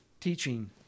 teaching